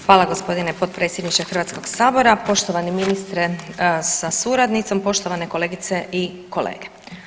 Hvala gospodine potpredsjedniče Hrvatskog sabora, poštovani ministre sa suradnicom, poštovane kolegice i kolege.